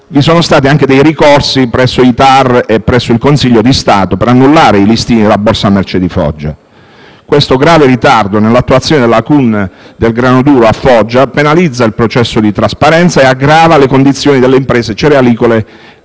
vi sono stati anche ricorsi presso i TAR e il Consiglio di Stato per annullare i listini della borsa merci di Foggia. Tale grave ritardo nell'attuazione della CUN sul grano duro a Foggia penalizza il processo di trasparenza e aggrava le condizioni delle imprese cerealicole